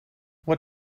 what